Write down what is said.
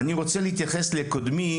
אני רוצה להתייחס לקודמי,